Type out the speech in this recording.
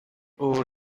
over